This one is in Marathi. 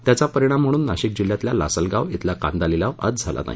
त्याचा परिणाम म्हणून नाशिक जिल्ह्यातल्या लासलगाव इथला कांदा लिलाव आज झाला नाही